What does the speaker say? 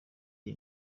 iyi